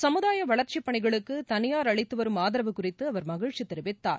சமுதாய வளா்ச்சிப் பணிகளுக்கு தனியார் அளித்து வரும் ஆதரவு குறித்து அவா் மகிழ்ச்சி தெரிவித்தார்